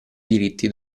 diritti